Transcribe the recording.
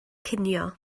cinio